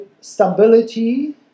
stability